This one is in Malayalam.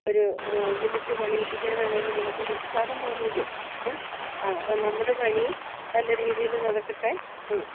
ഒരു വിളിച്ചു പണിയിപ്പിക്കാനാണേലും നമുക്കൊരു ഉത്സാഹം തോന്നുമല്ലോ ആ അപ്പോള് നമ്മുടെ പണി നല്ല രീതിയില് നടക്കട്ടെ ഉം